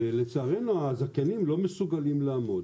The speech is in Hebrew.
ולצערנו הזכיינים לא מסוגלים לעמוד